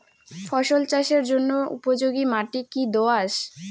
ফসল চাষের জন্য উপযোগি মাটি কী দোআঁশ?